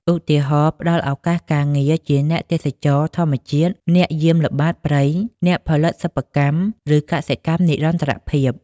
ឧទាហរណ៍ ផ្តល់ឱកាសការងារជាអ្នកទេសចរណ៍ធម្មជាតិ អ្នកយាមល្បាតព្រៃ អ្នកផលិតសិប្បកម្ម ឬកសិកម្មនិរន្តរភាព។